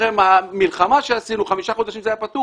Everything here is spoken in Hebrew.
אחרי מלחמה שעשינו - חמישה חודשים זה היה פטור